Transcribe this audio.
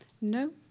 No